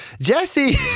Jesse